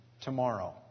tomorrow